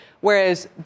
Whereas